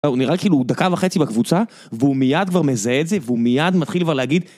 הוא נראה כאילו דקה וחצי בקבוצה והוא מיד כבר מזהה את זה והוא מיד מתחיל כבר להגיד